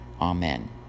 Amen